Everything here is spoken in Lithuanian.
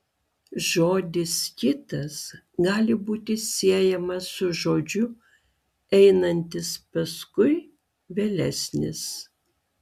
žodis kitas gali būti siejamas su žodžiu einantis paskui vėlesnis